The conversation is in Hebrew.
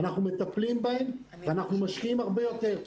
ואנחנו מטפלים בזה ומשקיעים הרבה יותר.